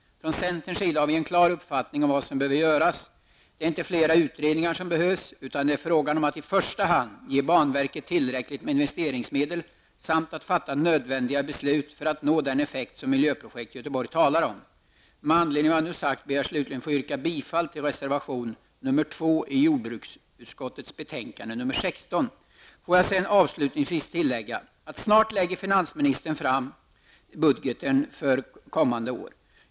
Från centerns sida har vi en klar uppfattning om vad som behöver göras. Det behövs inte flera utredningar. I första hand skall man i stället ge banverket tillräckligt med investeringsmedel och fatta nödvändiga beslut för att nå den effekt som Miljöprojekt Göteborg talar om. Med anledning av vad jag nu har sagt ber jag att få yrka bifall till reservation nr 2 i jordbruksutskottets betänkande nr 16. Avslutningsvis vill jag tillägga att finansministern snart lägger fram budgeten för kommande år.